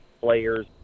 players